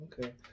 Okay